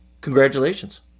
Congratulations